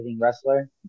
wrestler